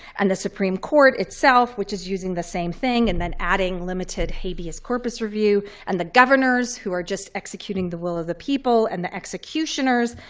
and the supreme court itself, which is using the same thing. and then, adding limited habeas corpus review. and the governors, who are just executing the will of the people, and the executioners.